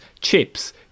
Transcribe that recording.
Chips